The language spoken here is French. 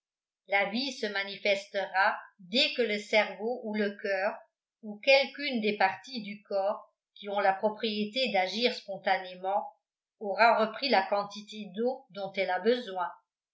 la vie se manifestera dès que le cerveau ou le coeur ou quelqu'une des parties du corps qui ont la propriété d'agir spontanément aura repris la quantité d'eau dont elle a besoin